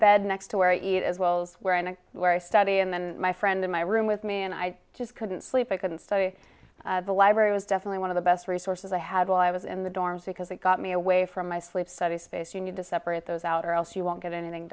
bed next to where i eat as well as where and where i study and then my friend in my room with me and i just couldn't sleep i couldn't study the library was definitely one of the best resources i have all i was in the dorms because it got me away from my sleep study space you need to separate those out or else you won't get anything